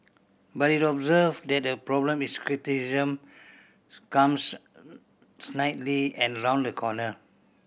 but he observed that the problem is criticism comes snidely and round the corner